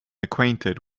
acquainted